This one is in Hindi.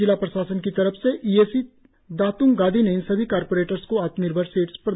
जिला प्रशासन की तरफ से ई ए सी दात्ग गादी ने इन सभी कारपोरेट्स को आत्मनिर्भर सीड्स दिया